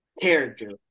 character